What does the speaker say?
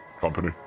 Company